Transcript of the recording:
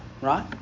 right